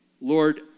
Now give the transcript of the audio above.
Lord